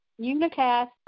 unicast